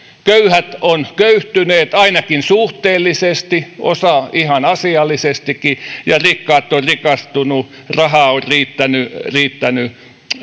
köyhät ovat köyhtyneet ainakin suhteellisesti osa ihan asiallisestikin ja rikkaat ovat rikastuneet rahaa on riittänyt riittänyt